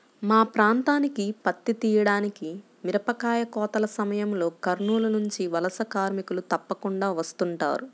మా ప్రాంతానికి పత్తి తీయడానికి, మిరపకాయ కోతల సమయంలో కర్నూలు నుంచి వలస కార్మికులు తప్పకుండా వస్తుంటారు